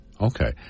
Okay